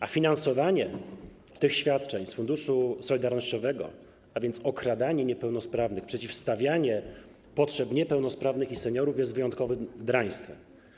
A finansowanie tych świadczeń z Funduszu Solidarnościowego, a więc okradanie niepełnosprawnych, przeciwstawianie potrzeb niepełnosprawnych i seniorów, jest wyjątkowym draństwem.